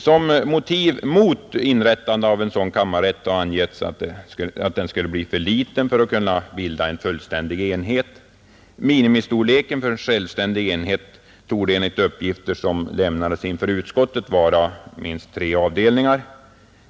Som motiv mot inrättandet av en självständig kammarrätt där har angetts att denna skulle bli för liten för att kunna bilda en fullständig enhet. Minimistorleken för en självständig enhet torde enligt uppgifter som lämnades inför utskottet vara tre avdelningar.